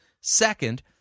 Second